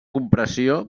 compressió